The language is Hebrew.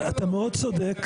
אתה מאוד צודק.